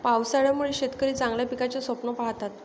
पावसाळ्यामुळे शेतकरी चांगल्या पिकाचे स्वप्न पाहतात